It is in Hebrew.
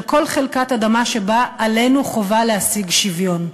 על כל חלקת אדמה שבה עלינו חובה להשיג שוויון.